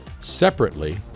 Separately